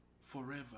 forever